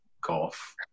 golf